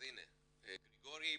הנה גריגורי,